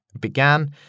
began